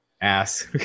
ass